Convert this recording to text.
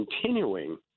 continuing